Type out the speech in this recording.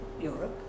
Europe